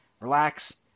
relax